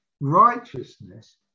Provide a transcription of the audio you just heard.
righteousness